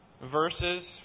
verses